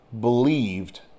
believed